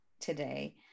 today